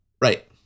Right